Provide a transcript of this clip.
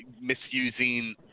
misusing